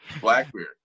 Blackbeard